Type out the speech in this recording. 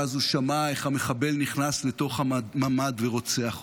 ואז הוא שמע איך המחבל נכנס לתוך הממ"ד ורוצח אותו.